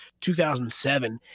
2007